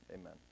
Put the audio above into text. Amen